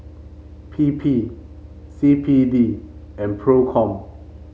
P P C P D and Procom